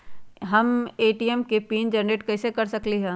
हम ए.टी.एम के PIN generate कईसे कर सकली ह?